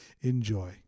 Enjoy